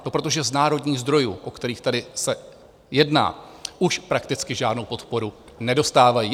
No, protože z národních zdrojů, o kterých se tady jedná, už prakticky žádnou podporu nedostávají.